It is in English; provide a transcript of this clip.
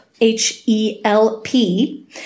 H-E-L-P